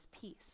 peace